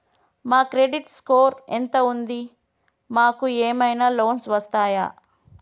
మా credit score ఎంత ఉంది? మాకు ఏమైనా లోన్స్ వస్తయా?